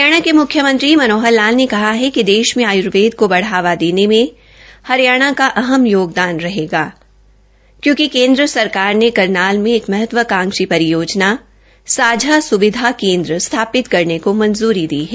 हरियाणा के मुख्यमंत्री श्री मनोहर लाल ने कहा है कि देश में आयूर्वेद को बढ़ावा देने में हरियाणा का अहम योगदान रहेगा क्योंकि भारत सरकार ने करनाल में एक महत्वाकांक्षी परियोजना सांझा सविधा केन्द्र स्थापित करने की योजना को मंजूरी दे दी है